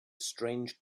strange